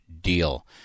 deal